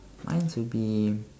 mine's will be